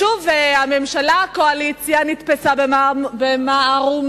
שוב הממשלה, הקואליציה, נתפסה במערומיה,